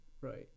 Right